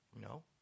no